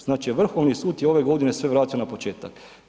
Znači Vrhovni sud je ove godine sve vratio na početak.